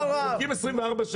פורקים 24/7?